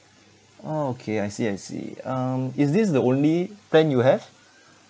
ah okay I see I see um is this the only plan you have